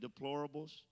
deplorables